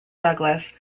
douglas